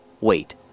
Wait